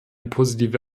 positive